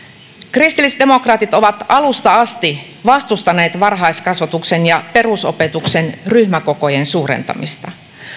kristillisdemokraatit ovat alusta asti vastustaneet varhaiskasvatuksen ja perusopetuksen ryhmäkokojen suurentamista